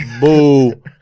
boo